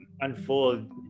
unfold